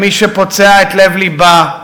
בבקשה, הבמה שלך.